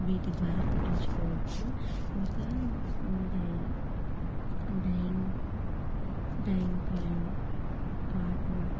వీటి ద్వారా కుట్టించుకోవచ్చు ఇంకా ఉంటాయి ఉంటాయి డ్యాంగ్ డ్యాంగ్ ప్యాంట్ పాటు